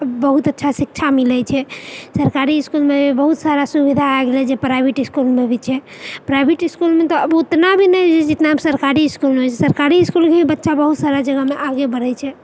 बहुत अच्छा शिक्षा मिलै छै सरकारी इस्कूलमे बहुत सारा सुविधा आबि गेलै जे प्राइभेट इस्कूलमे भी छै प्राइभेट इस्कूलमे तऽ अब उतना भी नइँ छै जितना आब सरकारी इस्कूलमे छै सरकारी इस्कूलके भी बच्चासब बहुत सारा जगहमे आगे बढ़ै छै